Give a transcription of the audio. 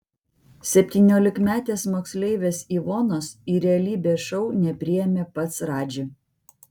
septyniolikmetės moksleivės ivonos į realybės šou nepriėmė pats radži